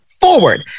forward